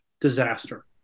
disaster